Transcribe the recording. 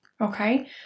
okay